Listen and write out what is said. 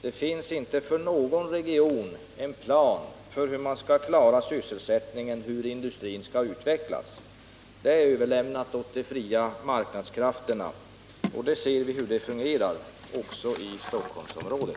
Vi har inte i någon region en plan för hur vi skall klara sysselsättningen och för hur industrin skall utvecklas. Det överlämnas åt de fria marknadskrafterna. Vi ser hur dessa fungerar även här i Stockholmsområdet.